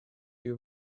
you